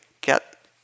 get